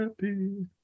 happy